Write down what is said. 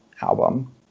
album